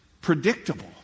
predictable